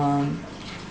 um